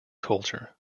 culture